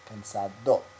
cansado